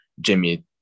Jimmy